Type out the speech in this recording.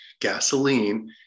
gasoline